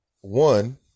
One